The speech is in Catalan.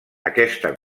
aquesta